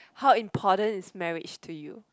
how important is marriage to you